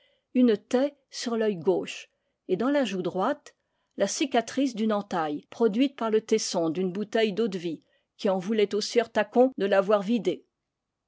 une taie sur l'oeil gauche et dans la joue droite la cicatrice d'une ewtadlle produite par le tes son d'une bouteille d'eau-de-vie qui en voulait au sieur tacon de l'avoir vidée